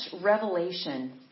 revelation